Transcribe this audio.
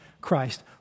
Christ